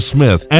Smith